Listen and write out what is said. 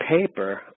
paper